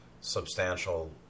substantial